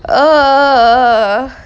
uh